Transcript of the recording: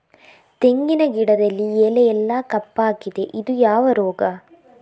ತೆಂಗಿನ ಗಿಡದಲ್ಲಿ ಎಲೆ ಎಲ್ಲಾ ಕಪ್ಪಾಗಿದೆ ಇದು ಯಾವ ರೋಗ?